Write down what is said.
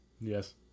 Yes